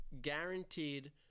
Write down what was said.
guaranteed